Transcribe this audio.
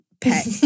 pet